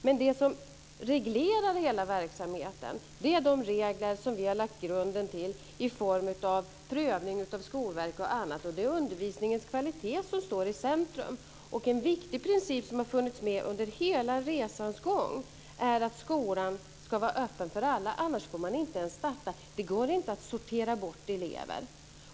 Men det som reglerar hela verksamheten är de regler som vi har lagt grunden till i form av prövning av Skolverket och annat. Det är undervisningens kvalitet som står i centrum. En viktig princip som har funnits med under hela resans gång är att skolan ska vara öppen för alla. Annars får man inte ens starta. Det går inte att sortera bort elever.